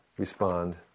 respond